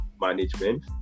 management